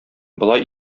болай